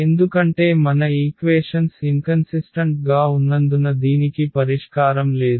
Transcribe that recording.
ఎందుకంటే మన equations inconsistent గా ఉన్నందున దీనికి పరిష్కారం లేదు